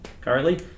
currently